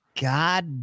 God